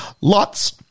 lots